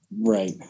Right